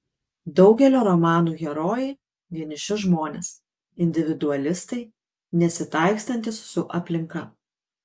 daugelio romanų herojai vieniši žmonės individualistai nesitaikstantys su aplinka